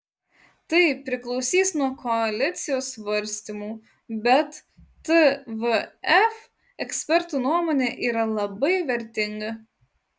tai priklausys nuo koalicijos svarstymų bet tvf ekspertų nuomonė yra labai vertinga